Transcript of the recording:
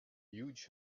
huge